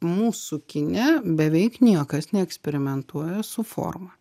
mūsų kine beveik niekas neeksperimentuoja su forma